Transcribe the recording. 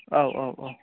औ औ औ